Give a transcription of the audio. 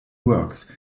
works